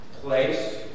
place